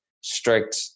strict